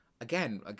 Again